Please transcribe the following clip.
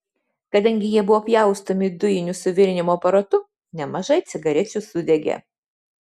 kadangi jie buvo pjaustomi dujiniu suvirinimo aparatu nemažai cigarečių sudegė